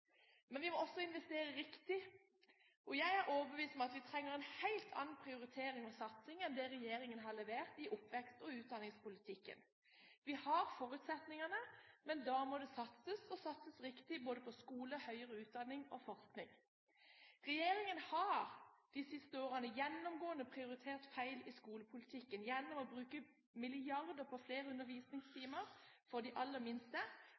Men vi må også investere riktig, og jeg er overbevist om at vi trenger en helt annen prioritering og satsing enn det regjeringen har levert i oppvekst- og utdanningspolitikken. Vi har forutsetningene, men da må det satses og satses riktig på både skoler, høyere utdanning og forskning. Regjeringen har de siste årene gjennomgående prioritert feil i skolepolitikken ved å bruke milliarder på flere undervisningstimer for de aller minste,